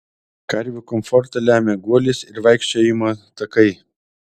karvių komfortą lemia guolis ir vaikščiojimo takai